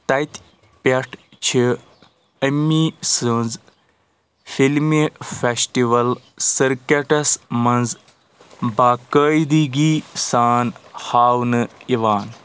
تَتہِ پٮ۪ٹھ چھِ أمی سٕنٛزِ فلم فیٚسٹول سٔرکیٚٹَس منٛز باقٲعدٕگی سان ہاونہٕ یِوان